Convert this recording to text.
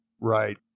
Right